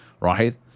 right